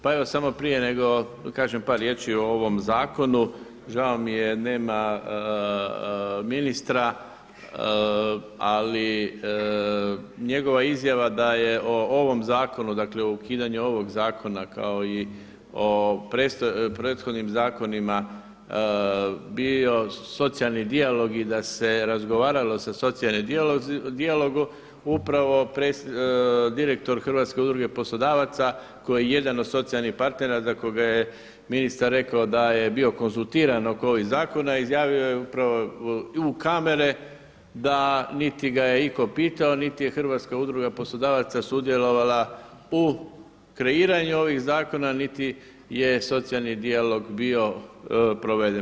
Pa evo samo prije nego kažem par riječi o ovom zakonu, žao mi je nema ministra, ali njegova izjava da je o ovom zakonu dakle ukidanje ovog zakona kao i o prethodnim zakonima bio socijalni dijalog i da se razgovaralo o socijalnom dijalogu upravo direktor Hrvatske udruge poslodavaca koji je jedan od socijalnih partnera za koga je ministar rekao da je bio konzultiran oko ovih zakona izjavio je upravo u kamere da niti ga je iko pitao niti je Hrvatska udruga poslodavaca sudjelovala u kreiranju ovih zakona, niti je socijalni dijalog bio proveden.